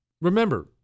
Remember